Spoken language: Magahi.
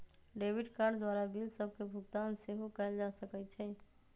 डेबिट कार्ड द्वारा बिल सभके भुगतान सेहो कएल जा सकइ छै